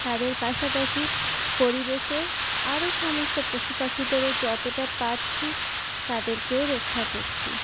তাদের পাশাপাশি পরিবেশের আরো সমস্ত পশুপাখিদেরও যতটা পারছি তাদেরকেও রক্ষা করছি